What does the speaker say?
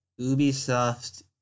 Ubisoft